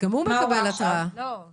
(אומרת דברים בשפת הסימנים,